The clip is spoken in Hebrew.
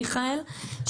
מיכאל,